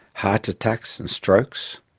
heart attacks and strokes?